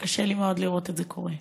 קשה לי מאוד לראות את זה קורה,